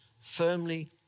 firmly